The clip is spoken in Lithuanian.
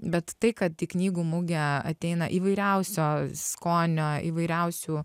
bet tai kad į knygų mugę ateina įvairiausio skonio įvairiausių